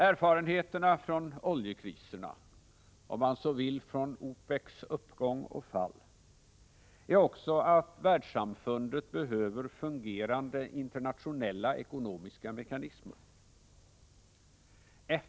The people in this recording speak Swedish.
Erfarenheterna från oljekriserna — om man så vill av ”OPEC:s uppgång och fall” — är också att världssamfundet behöver fungerande, internationella ekonomiska mekanismer.